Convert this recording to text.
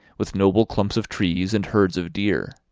with noble clumps of trees, and herds of deer.